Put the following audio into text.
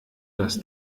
das